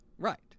Right